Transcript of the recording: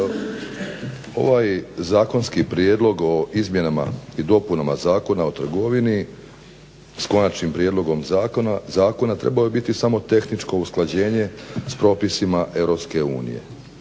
Ovaj zakonski prijedlog o izmjenama i dopunama Zakona o trgovini s konačnim prijedlogom zakona trebao je biti samo tehničko usklađenje sa propisima EU.